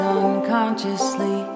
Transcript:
unconsciously